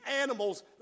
animals